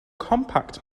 compact